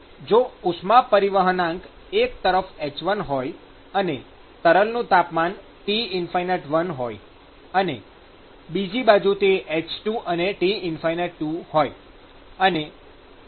જો ઉષ્મા પરિવહનાંક એક તરફ h1 હોય અને તરલનું તાપમાન T∞1 હોય અને બીજી બાજુ તે h2 અને T∞2 હોય